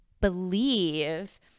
believe